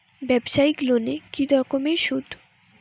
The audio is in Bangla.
ব্যবসায়িক লোনে কি রকম সুদ?